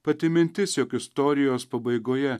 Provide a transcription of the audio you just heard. pati mintis jog istorijos pabaigoje